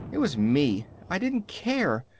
it was me. i didn't care.